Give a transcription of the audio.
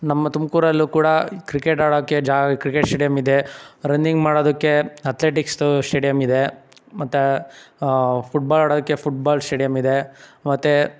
ನಮ್ಮ ತುಮಕೂರಲ್ಲೂ ಕೂಡ ಕ್ರಿಕೆಟ್ ಆಡೋಕ್ಕೆ ಜಾಗ ಕ್ರಿಕೆಟ್ ಸ್ಟೇಡ್ಯಂ ಇದೆ ರನ್ನಿಂಗ್ ಮಾಡೋದಕ್ಕೆ ಅತ್ಲೆಟಿಕ್ಸ್ದು ಸ್ಟೇಡಿಯಂ ಇದೆ ಮತ್ತು ಫುಟ್ಬಾಲ್ ಆಡೋಕ್ಕೆ ಫುಟ್ಬಾಲ್ ಸ್ಟೇಡ್ಯಂ ಇದೆ ಮತ್ತು